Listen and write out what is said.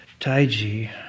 Taiji